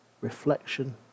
reflection